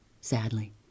sadly